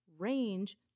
range